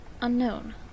unknown